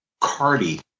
cardi